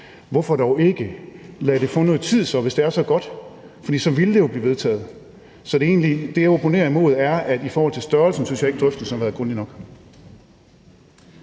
Hvorfor dog ikke lade det få noget tid, hvis det er så godt, for så ville det jo blive vedtaget? Det, jeg opponerer imod, er, at i forhold til størrelsen synes jeg ikke, drøftelserne har været grundige nok.